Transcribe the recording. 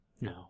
No